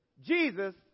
Jesus